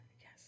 Yes